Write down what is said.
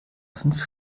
fünf